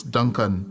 Duncan